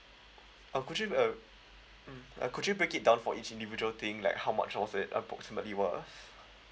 oh could you err mm uh could you break it down for each individual thing like how much was it approximately was